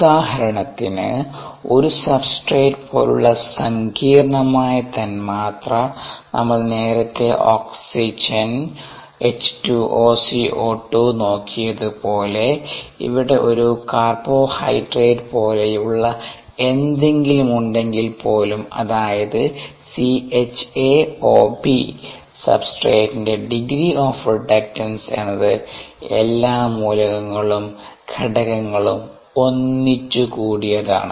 ഉദാഹരണത്തിന് ഒരു സബ്സ്ട്രേട് പോലുള്ള സങ്കീർണ്ണമായ തന്മാത്ര നമ്മൾ നേരത്തെ O2 H2O CO2 നോക്കിയതു പോലെ ഇവിടെ ഒരു കാർബോഹൈഡ്രേറ്റ് പോലെയുള്ള എന്തെങ്കിലും ഉണ്ടെങ്കിൽ പോലും അതായത് സബ്സ്ട്രെടിന്റെ ഡിഗ്രീ ഓഫ് റെഡക്റ്റൻസ് എന്നത് എല്ലാ മൂലകങ്ങളുടെ ഘടകങ്ങളും ഒന്നിച്ചു കൂട്ടിയതാണ്